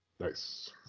Nice